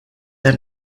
ein